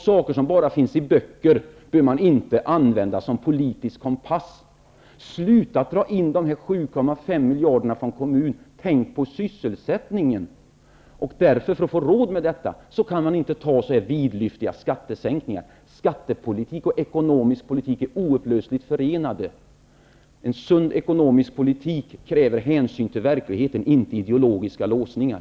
Saker som bara finns i böcker bör man inte använda som politisk kompass. Sluta att dra in dessa 7,5 miljarder från kommunerna. Tänk på sysselsättningen! För att få råd med detta kan man inte göra så vidlyftiga skattesänkninar. Skattepolitik och ekonomisk politik är oupplösligt förenade. En sund ekonomisk politik kräver hänsyn till verkligheten, inte ideologiska låsningar.